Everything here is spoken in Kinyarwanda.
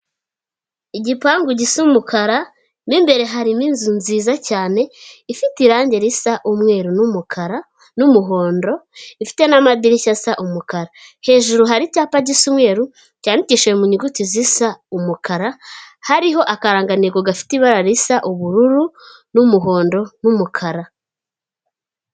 Igipangu gisa umukara mo imbere harimo inzu nziza cyane ifite irangi risa umweru n'umukara n'umuhondo, ifite n'amadirishya asa umukara. Hejuru hari icyapa gisa umweru cyandikishije mu nyuguti zisa umukara, hariho akarangantego gafite ibara risa ubururu n'umuhondo n'umukara.